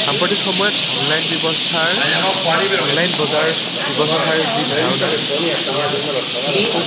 সাম্প্ৰতিক সময়ত অনলাইন ব্যৱস্থাৰ অনলাইন বজাৰ ব্যৱস্থাৰ যি ধাৰণা এয়া খুব